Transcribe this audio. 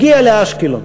הגיע לאשקלון.